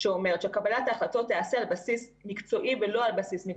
שאומרת שקבלת ההחלטות תיעשה על בסיס מקצועי ולא על בסיס מגדרי.